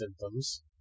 symptoms